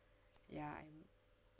ya you know